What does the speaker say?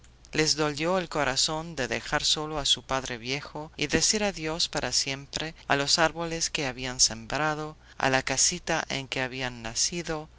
les dolió el corazón de dejar solo a su padre viejo y decir adiós para siempre a los árboles que habían sembrado a la casita en que habían nacido